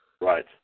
Right